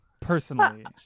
personally